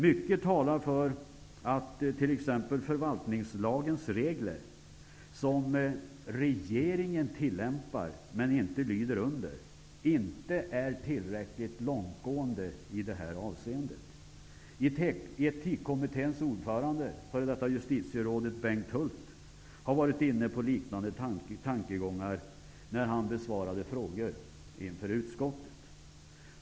Mycket talar för att t.ex. förvaltningslagens regler som regeringen tillämpar men inte lyder under inte är tillräckligt långtgående i det här avseendet. Bengt Hult, var inne på liknande tankegångar när han besvarade frågor inför utskottet.